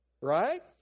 Right